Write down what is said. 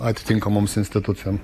atitinkamoms institucijom